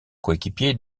coéquipiers